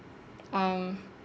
um